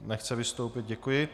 Nechce vystoupit, děkuji.